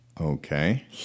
Okay